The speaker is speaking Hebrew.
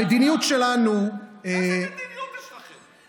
המדיניות שלנו, איזה מדיניות יש לכם?